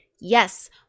Yes